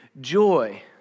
joy